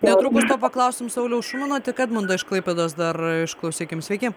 netrukus to paklausim sauliaus šumano tik edmundo iš klaipėdos dar išklausykime sveiki